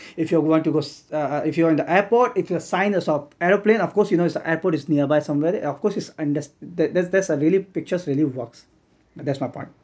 if you're going to go uh uh if you were at the airport if you see a sign of aeroplane of course you know it's airport is nearby somewhere of course it's under~ there's there's ah really pictures really works that's my point